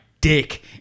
dick